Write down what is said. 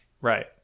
Right